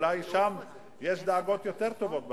אולי שם יש דאגות יותר טובות בתקציב.